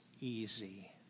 easy